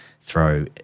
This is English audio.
throw